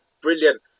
brilliant